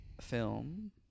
film